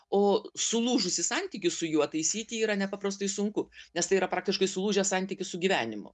o sulūžusį santykį su juo taisyti yra nepaprastai sunku nes tai yra praktiškai sulūžęs santykis su gyvenimu